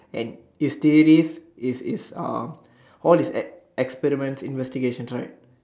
and his theories is is uh all his ex~ experiments investigations right